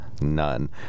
none